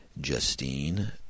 Justine